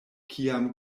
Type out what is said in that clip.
kiam